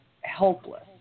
helpless